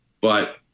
But-